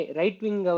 right-wing